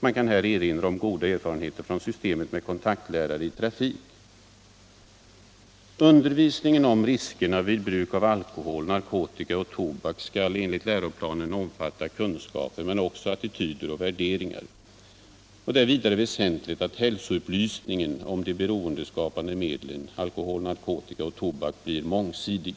Man kan här erinra om goda erfarenheter från systemet med kontaktlärare i trafik. enligt läroplanerna omfatta kunskaper, men också attityder och värderingar. Det är vidare väsentligt att hälsoupplysningen om de beroendeskapande medlen alkohol, narkotika och tobak blir mångsidig.